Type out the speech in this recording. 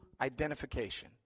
identification